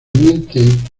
miente